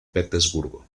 petersburgo